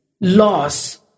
loss